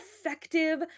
effective